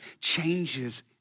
changes